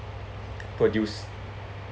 produce